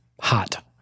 Hot